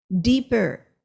deeper